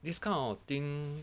this kind of thing